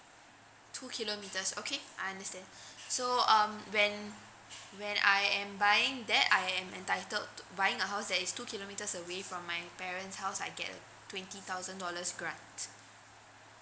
two kilometres okay I understand so um when when I am buying that I am entitled to buying a house that is two kilometres away from my parents house I get a twenty thousand dollars grant